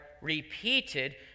repeated